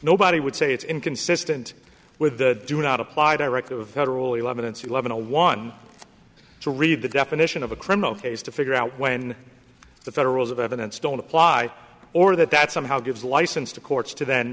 nobody would say it's inconsistent with the do not apply directly to federal eleventh eleven a one to read the definition of a criminal case to figure out when the federals of evidence don't apply or that that somehow gives license to courts to then